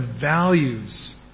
values